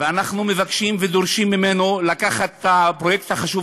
ואנחנו מבקשים ודורשים ממנו לקחת את הפרויקט החשוב